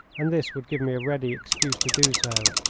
and this would give me a ready excuse to do so.